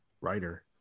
writer